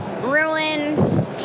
ruin